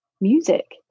music